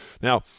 Now